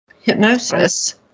hypnosis